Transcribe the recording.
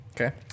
Okay